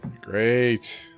Great